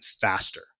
faster